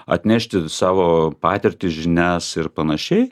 atnešti savo patirtį žinias ir panašiai